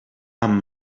amb